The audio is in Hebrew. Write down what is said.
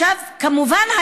כמובן,